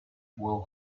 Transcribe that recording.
will